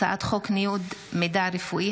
הצעת חוק ניוד מידע רפואי,